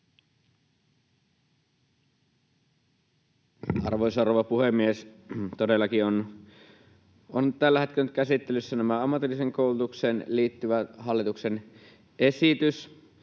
Arvoisa rouva puhemies! Todellakin tällä hetkellä on nyt käsittelyssä tämä ammatilliseen koulutukseen liittyvä hallituksen esitys,